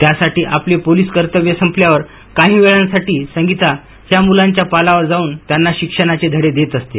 त्यासाठी आपले पोलिसी कर्तव्य संपल्यावर काही वेळांसाठी संगीता या मुलांच्या पालावर जाऊन त्यांना शिक्षणाचे धडे देत असते